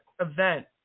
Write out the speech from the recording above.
event